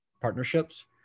partnerships